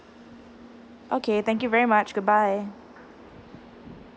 okay thank you very much goodbye